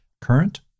current